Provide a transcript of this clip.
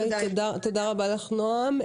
תודה רבה, נעם.